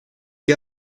que